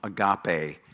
agape